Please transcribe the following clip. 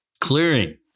Clearing